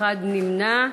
אחד נמנע.